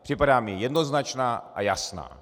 Připadá mi jednoznačná a jasná.